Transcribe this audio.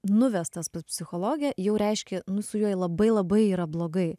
nuvestas pas psichologę jau reiškia nu su juo labai labai yra blogai